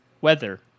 weather